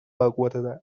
aguarda